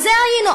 בזה התעסקנו.